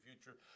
future